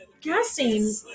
guessing